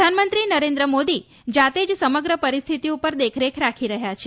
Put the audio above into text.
પ્રધાનમંત્રી નરેન્દ્ર મોદી જાતે જ સમગ્ર પરિસ્થિતિ ઉપર દેખરેખ રાખી રહ્યા છે